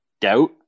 doubt